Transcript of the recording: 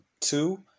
two